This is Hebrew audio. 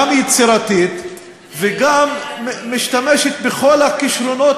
זה גם נהנית וגם יצירתית וגם משתמשת בכל הכישרונות